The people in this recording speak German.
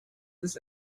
ist